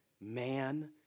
Man